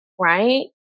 Right